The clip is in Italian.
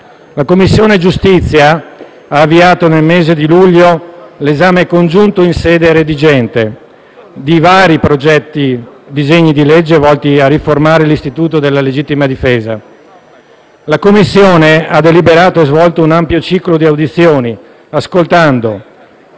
la Commissione giustizia ha avviato nel mese di luglio l'esame congiunto in sede redigente di vari disegni di legge volti a riformare l'istituto della legittima difesa. La Commissione ha deliberato e svolto un ampio ciclo di audizioni, ascoltando,